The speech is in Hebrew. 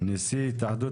נשיא התאחדות